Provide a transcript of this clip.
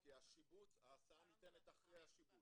כי ההסעה ניתנת אחרי השיבוץ.